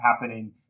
happening